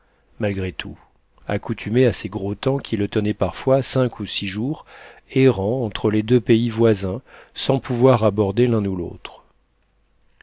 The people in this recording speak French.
malgré tout accoutumé à ces gros temps qui le tenaient parfois cinq ou six jours errant entre les deux pays voisins sans pouvoir aborder l'un ou l'autre